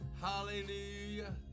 Hallelujah